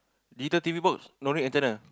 later T_V works don't need internet ah